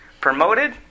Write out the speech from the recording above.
promoted